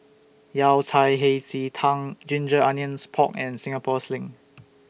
Yao Cai Hei Ji Tang Ginger Onions Pork and Singapore Sling